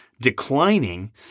declining